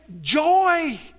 joy